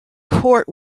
court